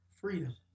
freedom